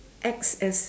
acts as